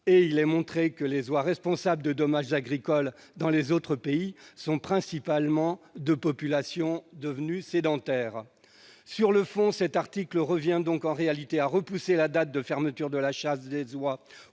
et il a été montré que les oies responsables de dommages agricoles dans les autres pays sont principalement issues de populations devenues sédentaires. Sur le fond, cet article revient en réalité à repousser la date de fermeture de la chasse des oies